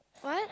what